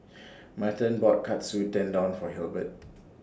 Merton bought Katsu Tendon For Hilbert